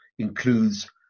includes